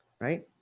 right